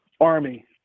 army